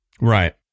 Right